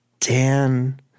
Dan